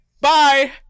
bye